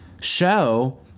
show